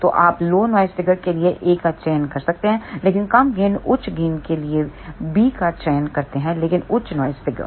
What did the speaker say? तो आप low noise figure के लिए A का चयन कर सकते हैं लेकिन कम गेन उच्च गेन के लिए बी का चयन करते हैं लेकिन उच्च नॉइस फिगर